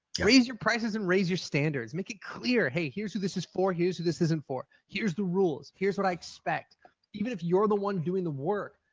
raise your prices and raise your standards. make it clear, hey, here's who this is for. here's who this isn't for. here's the rules. here's what i expect. but even if you're the one doing the work,